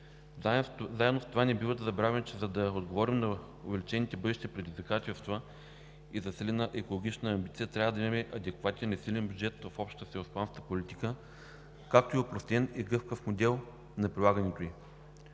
Заедно с това не бива да забравяме, че за да отговорим на увеличените бъдещи предизвикателства и засилена екологична амбиция, трябва да имаме адекватен и силен бюджет в Общата селскостопанска политика, както опростен и гъвкав модел на прилагането ѝ.